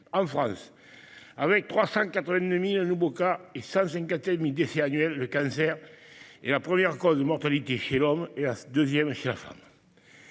En France, avec 382 000 nouveaux cas et 157 000 décès annuels, le cancer est la première cause de mortalité chez l'homme et la deuxième chez la femme.